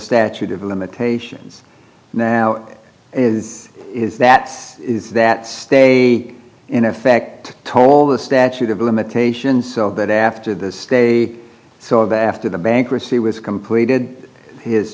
statute of limitations now is is that is that stay in effect told the statute of limitations so that after the stay so of after the bankruptcy was completed his